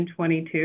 2022